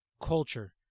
culture